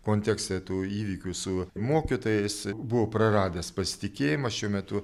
kontekste tų įvykių su mokytojais buvo praradęs pasitikėjimą šiuo metu